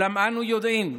אולם אנו יודעים,